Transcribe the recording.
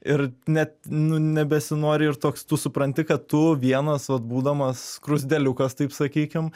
ir net nu nebesinori ir toks tu supranti kad tu vienas vat būdamas skruzdėliukas taip sakykim